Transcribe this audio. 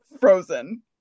frozen